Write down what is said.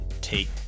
take